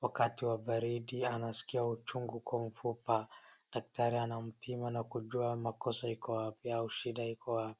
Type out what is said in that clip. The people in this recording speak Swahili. wakati wa baridi anasikia uchungu kwa mfupa. Dakitari anampima na kujua makosa iko wapi au shida iko wapi.